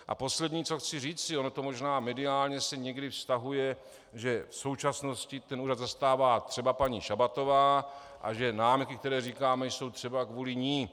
A poslední, co chci říci, ono to možná mediálně se někdy vztahuje, že v současnosti ten úřad zastává třeba paní Šabatová a že námitky, které říkáme, jsou třeba kvůli ní.